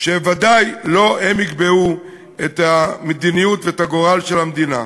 שבוודאי לא הם יקבעו את המדיניות ואת הגורל של המדינה.